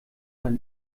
sein